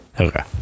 Okay